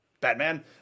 Batman